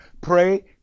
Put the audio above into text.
Pray